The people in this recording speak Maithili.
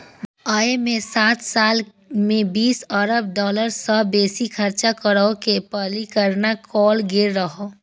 अय मे सात साल मे बीस अरब डॉलर सं बेसी खर्च करै के परिकल्पना कैल गेल रहै